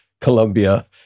Colombia